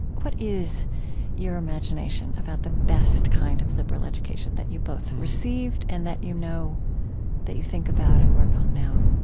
what is your imagination about the best kind of liberal education that you both received, and that you know that you think about and work on now?